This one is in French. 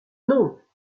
noms